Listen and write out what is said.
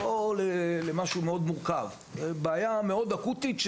לא למשהו מאוד מורכב זאת בעיה מאוד אקוטית,